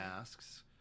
asks